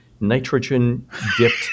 nitrogen-dipped